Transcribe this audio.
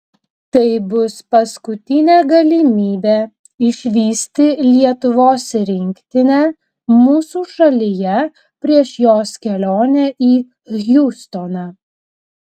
tai bus paskutinė galimybė išvysti lietuvos rinktinę mūsų šalyje prieš jos kelionę į hjustoną